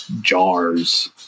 jars